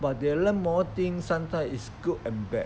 but they learn more things sometimes it's good and bad